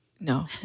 No